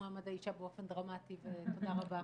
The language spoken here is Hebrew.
מעמד האישה באופן דרמטי ותודה רבה.